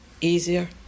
easier